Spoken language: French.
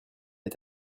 est